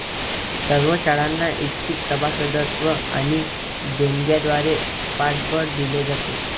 सर्व शाळांना ऐच्छिक सभासदत्व आणि देणग्यांद्वारे पाठबळ दिले जाते